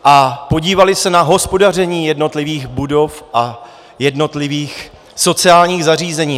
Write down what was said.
A podívali se na hospodaření jednotlivých budov a jednotlivých sociálních zařízení?